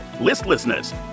Listlessness